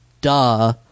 duh